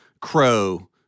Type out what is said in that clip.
crow